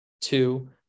two